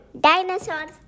Dinosaurs